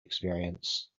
experience